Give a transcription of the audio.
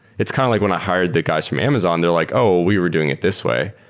it's kind of like when i hired the guys from amazon, they're like, oh! we were doing it this way.